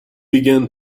began